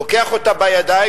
לוקח אותה בידיים,